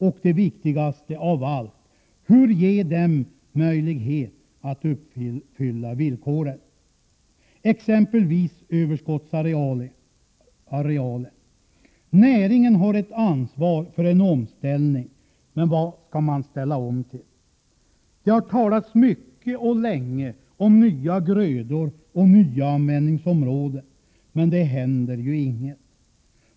Och det viktigaste av allt: Hur skall vi ge dem möjlighet att uppfylla villkoren när det exempelvis gäller överskottsarealen? Näringen har ett ansvar för en omställning. Men vad skall man ställa om till? Det har talats mycket och länge om nya grödor och nya användningsområden, men det händer inget.